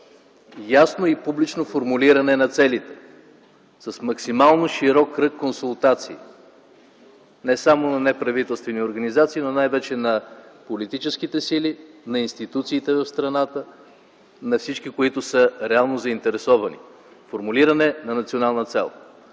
ясно и публично формулиране на целите с максимално широк кръг констатации не само на неправителствени организации, но най-вече на политическите сили, на институциите в страната, на всички, които са реално заинтересовани, формулиране на национална цел.